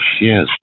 yes